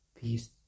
peace